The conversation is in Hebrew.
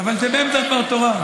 אבל זה באמצע דבר תורה.